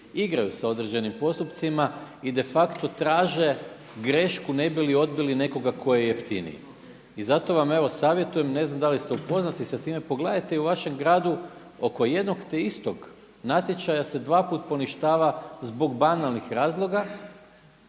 igraju sa određenim postupcima i de facto traže grešku ne bi li odbili nekoga tko je jeftiniji. I zato vam evo savjetuje, ne znam da li ste upoznati sa time. Pogledajte i u vašem gradu oko jednog te istog natječaja se dvaput poništava zbog banalnih razloga.